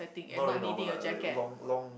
not really normal lah like long long